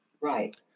Right